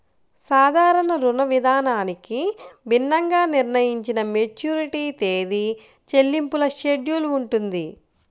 సాధారణ రుణవిధానానికి భిన్నంగా నిర్ణయించిన మెచ్యూరిటీ తేదీ, చెల్లింపుల షెడ్యూల్ ఉంటుంది